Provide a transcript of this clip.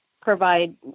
provide